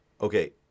Okay